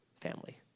family